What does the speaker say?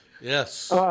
Yes